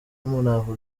n’umurava